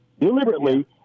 Deliberately